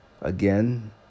again